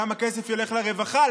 כמה כסף ילך לרווחה,